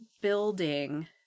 building